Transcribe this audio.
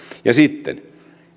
ja sitten